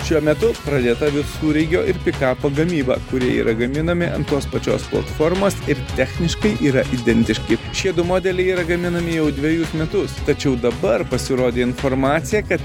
šiuo metu pradėta visureigio ir pikapo gamyba kurie yra gaminami ant tos pačios platformos ir techniškai yra identiški šiedu modeliai yra gaminami jau dvejus metus tačiau dabar pasirodė informacija kad